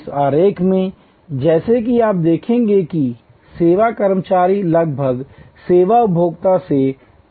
इस आरेख में जैसा कि आप देखेंगे कि सेवा कर्मचारी लगभग सेवा उपभोक्ताओं से अलग हो गए हैं